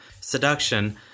seduction